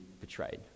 betrayed